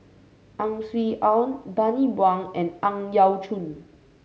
Ang Swee Aun Bani Buang and Ang Yau Choon